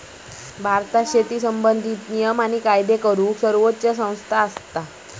भारतात शेती संबंधित नियम आणि कायदे करूक सर्वोच्च संस्था हा